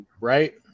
right